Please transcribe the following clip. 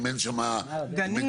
אם אין שם מגורים,